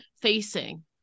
facing